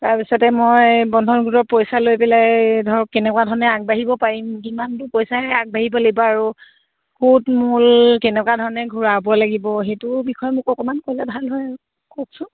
তাৰপিছতে মই বন্ধন গোটৰ পইচা লৈ পেলাই ধৰক কেনেকুৱা ধৰণে আগবাঢ়িব পাৰিম কিমানটো পইচাহে আগবাঢ়িব লাগিব আৰু সুত মূল কেনেকুৱা ধৰণে ঘূৰাব লাগিব সেইটো বিষয়ে মোক অকণমান ক'লে ভাল হয় আৰু কওকচোন